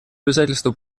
обязательство